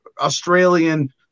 Australian